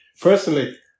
personally